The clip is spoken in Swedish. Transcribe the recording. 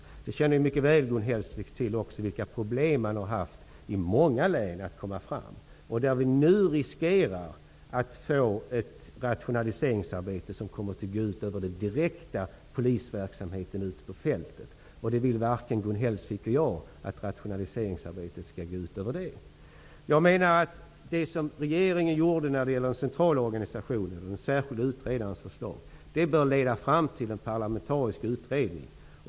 Gun Hellsvik känner också mycket väl till vilka problem man i många län har haft med att komma framåt. Vi riskerar nu att få ett rationaliseringsarbete som kommer att gå ut över den direkta polisverksamheten på fältet. Detta vill varken Gun Hellsvik eller jag. Det som regeringen gjorde när det gäller den centrala organisationen och den särskilde utredarens förslag bör leda fram till en parlamentarisk utredning.